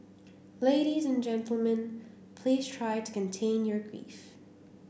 ladies and gentlemen please try to contain your grief